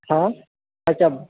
हँ अच्छा